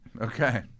Okay